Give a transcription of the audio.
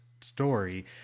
story